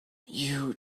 you